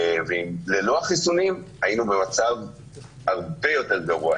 וללא החיסונים היינו במצב הרבה יותר גרוע,